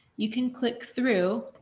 you can click through.